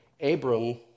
Abram